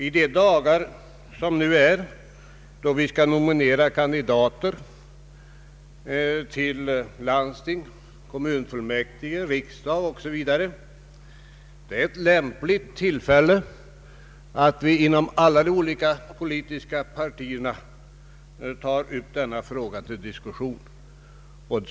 I dessa dagar då vi skall nominera kandidater till landsting, kommunalfullmäktige, riksdag o.s.v. har vi ett lämpligt tillfälle att inom alla de olika politiska partierna ta upp denna fråga till diskussion.